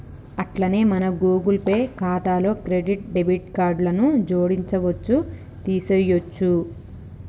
అట్లనే మన Google Pay ఖాతాలో క్రెడిట్ డెబిట్ కార్డులను జోడించవచ్చు తీసేయొచ్చు